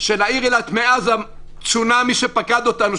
של העיר אילת מאז הצונאמי שפקד אותנו,